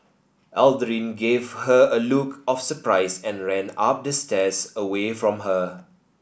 Aldrin gave her a look of surprise and ran up the stairs away from her